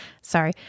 Sorry